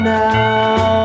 now